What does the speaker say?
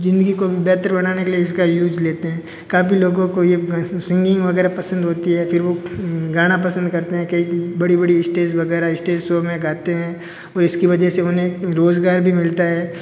जिंदगी को बेहतर बनाने के लिए इसका यूज लेते हैं काफ़ी लोगों को ये सिंगिंग वगैरह पसंद होती है फिर वो गाना पसंद करते हैं कई बड़ी बड़ी स्टेज वगैरह स्टेज शो में गाते हैं और इसकी वजह से उन्हें रोजगार भी मिलता है